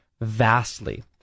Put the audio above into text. vastly